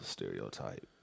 stereotype